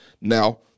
Now